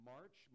March